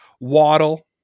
Waddle